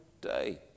day